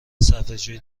صرفهجویی